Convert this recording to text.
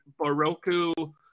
baroku